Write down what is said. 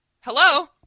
hello